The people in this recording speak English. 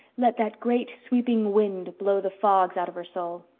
let that great sweeping wind blow the fogs out of her soul.